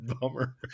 bummer